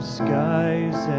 skies